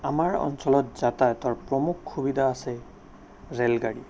আমাৰ অঞ্চলত যাতায়াতৰ প্ৰমুখ সুবিধা আছে ৰে'লগাড়ী